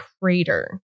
crater